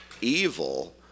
evil